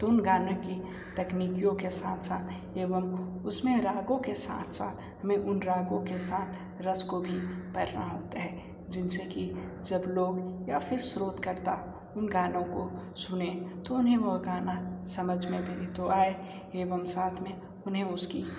तो उन गानों की तकनीकियों के साथ साथ एवं उसमें रागों के साथ साथ में उन रागों के साथ रस को भी पढ़ना होता है जिनसे कि जब लोग या फिर शोधकर्ता उन गानों को सुनें तो उन्हें वो गाना समझ में भी थोड़ा आए एवं साथ में उन्हें उसकी